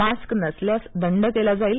mask नसल्यास दंड केला जाईल